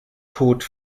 tot